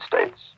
States